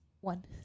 one